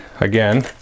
again